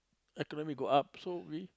economy go up so we